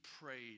prayed